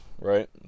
right